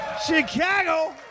Chicago